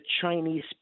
Chinese